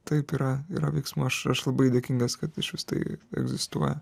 taip yra yra veiksmų aš aš labai dėkingas kad išvis tai egzistuoja